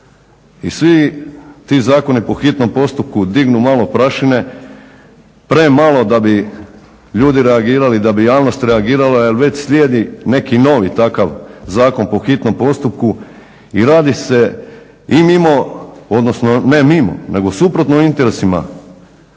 I svi ti zakoni po hitnom postupku dignu malo prašine, premalo da bi ljudi i javnost reagirali jer već slijedi neki novi takav zakon po hitnom postupku i radi se i mimo odnosno ne mimo nego suprotno interesima